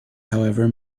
however